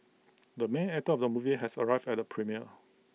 the main actor of the movie has arrived at the premiere